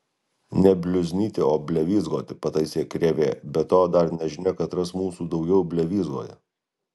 ne bliuznyti o blevyzgoti pataise krėvė be to dar nežinia katras mūsų daugiau blevyzgoja